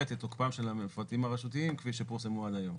את תוקפם של המפרטים הרשותיים כפי שפורסמו עד היום.